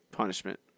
Punishment